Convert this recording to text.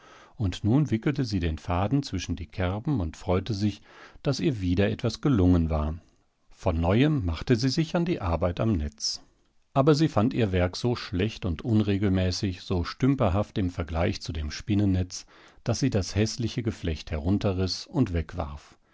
und nun wickelte sie den faden zwischen die kerben und freute sich daß ihr wieder etwas gelungen war vor neuem machte sie sich an die arbeit am netz aber sie fand ihr werk so schlecht und unregelmäßig so stümperhaft im vergleich zu dem spinnennetz daß sie das häßliche geflecht herunterriß und wegwarf